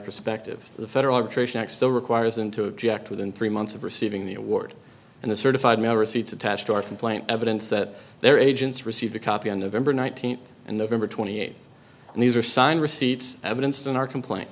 perspective the federal trade still requires them to object within three months of receiving the award and the certified mail receipts attached to our complaint evidence that their agents received a copy on november nineteenth and november twenty eighth and these are signed receipts evidence in our complaint